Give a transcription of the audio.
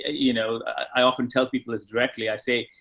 ah you know, i often tell people as directly, i say,